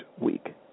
week